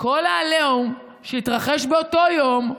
כל העליהום שהתרחש באותו יום,